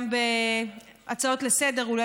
גם בהצעות לסדר-היום,